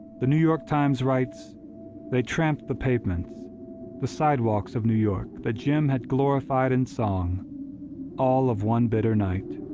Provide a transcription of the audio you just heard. the new york times writes they tramped the pavements the sidewalks of new york that jim had glorified in song all of one bitter night,